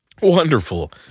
Wonderful